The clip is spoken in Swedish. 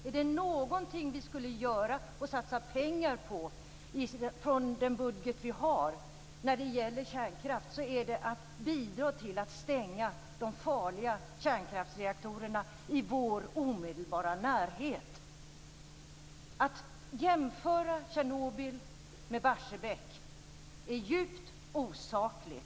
Är det någonting vi skall göra och satsa pengar på från den budget vi har när det gäller kärnkraft är det att bidra till att stänga de farliga kärnkraftsreaktorerna i vår omedelbara närhet. Att jämföra Tjernobyl med Barsebäck är djupt osakligt.